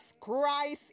Christ